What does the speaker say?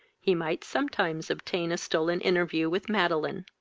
he might sometimes obtain a stolen interview with madeline.